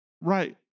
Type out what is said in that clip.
Right